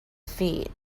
feet